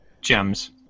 gems